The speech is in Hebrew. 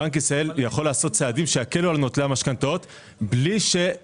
בנק ישראל יכול לעשות צעדים שיקלו על נוטלי המשכנתאות בלי